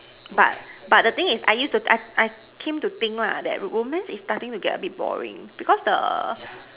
but but the thing is I used to I I I came to think that romance is starting to get a bit boring because the